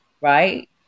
right